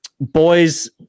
Boys